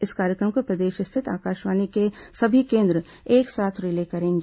इस कार्यक्रम को प्रदेश स्थित आकाशवाणी के सभी केन्द्र एक साथ रिले करेंगे